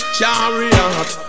chariot